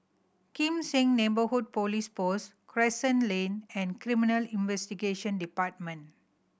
Kim Seng Neighbourhood Police Post Crescent Lane and Criminal Investigation Department